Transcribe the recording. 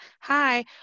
hi